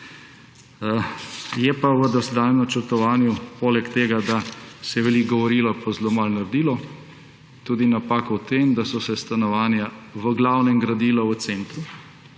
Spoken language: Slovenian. Je pa v dosedanjem načrtovanju poleg tega, da se je veliko govorilo in zelo malo naredilo, tudi napaka v tem, da so se stanovanja v glavnem gradila v centru.